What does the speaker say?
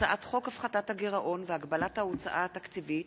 הצעת חוק הפחתת הגירעון והגבלת ההוצאה התקציבית